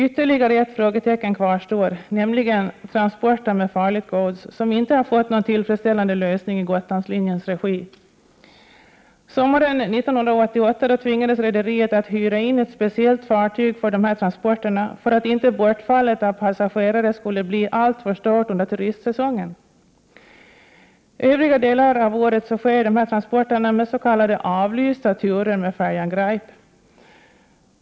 Ytterligare ett frågetecken kvarstår, nämligen beträffande transporter med farligt gods. Den frågan har inte fått någon tillfredsställande lösning i Gotlandslinjens regi. Sommaren 1988 tvingades rederiet att hyra in ett speciellt fartyg för sådana här transporter för att bortfallet av passagerare inte skulle bli alltför stort under turistsäsongen. Under den övriga delen av året sker dessa transporter med, s.k. avlysta turer med färjan Graip.